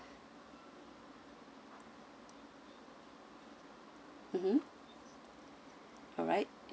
mmhmm alright